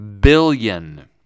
billion